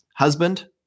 husband